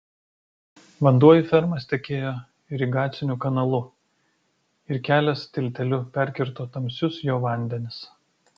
vanduo į fermas tekėjo irigaciniu kanalu ir kelias tilteliu perkirto tamsius jo vandenis